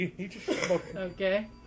Okay